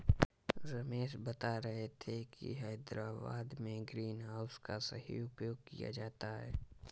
रमेश बता रहे थे कि हैदराबाद में ग्रीन हाउस का सही उपयोग किया जाता है